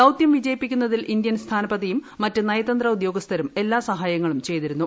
ദൌതൃം വിജയിപ്പിക്കുന്നതിൽ ഇന്ത്യൻ സ്ഥാനപതിയും മറ്റ് നയതന്ത്ര ഉദ്യോഗസ്ഥരും എല്ല സഹായങ്ങളും ചെയ്തിരുന്നു